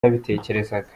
nabitekerezaga